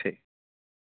ठीक